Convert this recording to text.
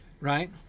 Right